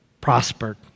prospered